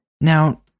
Now-